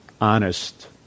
honest